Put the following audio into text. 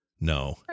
No